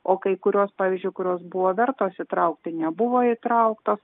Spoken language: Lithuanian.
o kai kurios pavyzdžiui kurios buvo vertos įtraukti nebuvo įtrauktos